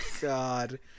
God